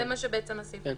בעצם, זה מה שהסעיף אומר.